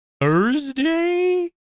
Thursday